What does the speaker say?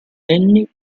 annie